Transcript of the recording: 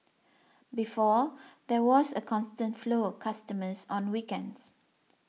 before there was a constant flow of customers on weekends